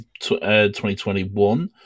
2021